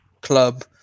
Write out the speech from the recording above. club